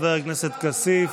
תודה לחבר הכנסת כסיף.